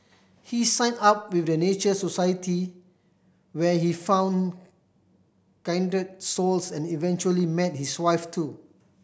he signed up with the Nature Society where he found kindred souls and eventually met his wife too